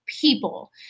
people